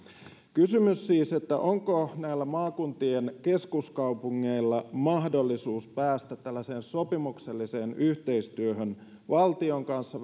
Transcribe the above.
kysymys siis onko näillä maakuntien keskuskaupungeilla mahdollisuus päästä tällaiseen sopimukselliseen yhteistyöhön valtion kanssa